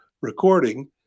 recording